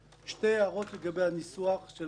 שתי הערות לגבי ניסוח הסעיף: